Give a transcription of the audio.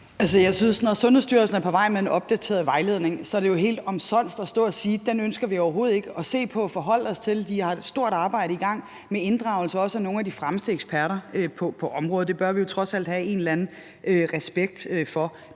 Jeg synes, at når Sundhedsstyrelsen er på vej med en opdateret vejledning, er det helt omsonst at stå at sige: Den ønsker vi overhovedet ikke at se på og forholde os til. De har et stort arbejde i gang med inddragelse af også nogle af de fremmeste eksperter på området. Det bør vi jo trods alt have en eller anden respekt for.